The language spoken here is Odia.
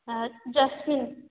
ଜସ୍ମିନ୍